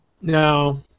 No